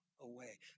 Away